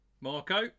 Marco